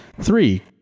three